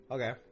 Okay